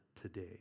today